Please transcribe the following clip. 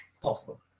possible